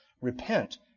Repent